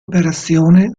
operazione